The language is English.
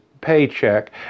paycheck